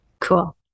Cool